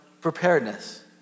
preparedness